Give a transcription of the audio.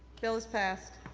bill is passed.